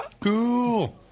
Cool